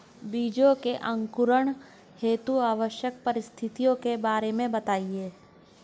बीजों के अंकुरण हेतु आवश्यक परिस्थितियों के बारे में बताइए